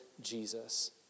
Jesus